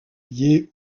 liés